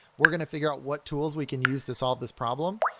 we're going to figure out what tools we can use to solve this problem,